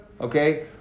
okay